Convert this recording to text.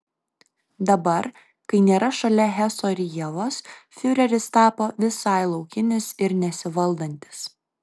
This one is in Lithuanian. dabar kai nėra šalia heso ir ievos fiureris tapo visai laukinis ir nesivaldantis